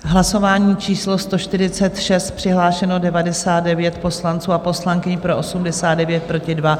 Hlasování číslo 146, přihlášeno 99 poslanců a poslankyň, pro 89, proti 2.